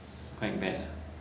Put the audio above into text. quite bad ah